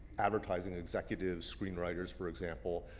advertising executives, screenwriters, for example,